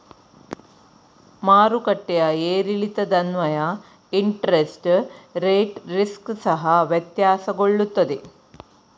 ಮಾರುಕಟ್ಟೆಯ ಏರಿಳಿತದನ್ವಯ interest rate risk ಸಹ ವ್ಯತ್ಯಾಸಗೊಳ್ಳುತ್ತದೆ